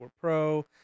Pro